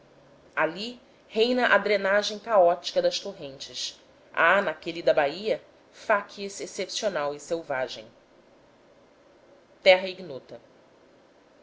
ali reina a drenagem caótica das torrentes imprimindo naquele recanto da bahia facies excepcional e selvagem terra ignota